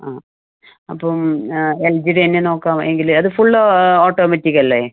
ആ അപ്പം എൽജിയുടെ തന്നെ നോക്കാം എങ്കിൽ അത് ഫുൾ ഓട്ടോമാറ്റിക് അല്ലേ